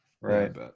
right